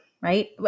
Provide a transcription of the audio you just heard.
Right